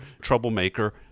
troublemaker